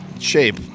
shape